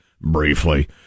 briefly